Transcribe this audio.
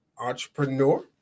entrepreneur